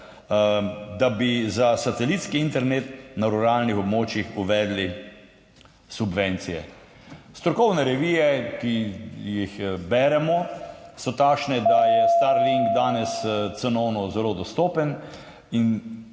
da bi za satelitski internet na ruralnih območjih uvedli subvencije? Strokovne revije, ki jih beremo, so takšne, da je Starlink danes cenovno zelo dostopen in